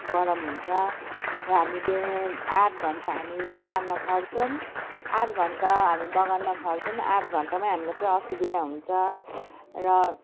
गरम हुन्छ र हामी बिहेन आठ घन्टा हामी काममा खट्छौँ आठ घन्टा हामी बगानमा खट्छौँ आठ घन्टामा हामीलाई चाहिँ असुविधा हुन्छ र